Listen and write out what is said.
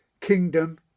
Kingdom